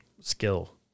skill